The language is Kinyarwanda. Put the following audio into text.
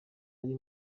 ari